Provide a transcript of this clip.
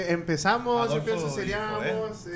empezamos